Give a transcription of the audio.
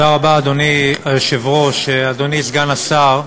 אדוני היושב-ראש, תודה רבה, אדוני סגן השר,